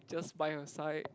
just by her side